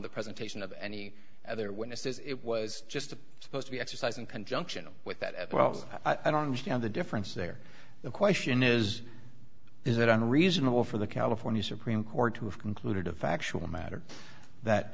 the presentation of any other witnesses it was just supposed to be exercised in conjunction with that as well so i don't understand the difference there the question is is it unreasonable for the california supreme court to have concluded a factual matter that